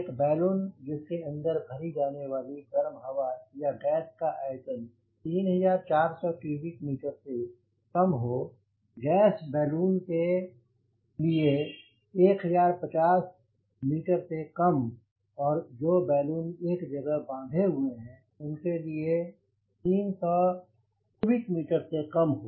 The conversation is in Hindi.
एक बैलून जिसके अंदर भरी जाने वाली गर्म हवा या गैस का आयतन 3400 क्यूबिक मीटर से कम हो गैस बैलून के लिए 1050 मीटर से कम हो और जो बैलून एक जगह पर बांधे हुए हैं उनके लिए 300 किलोमीटर से कम हो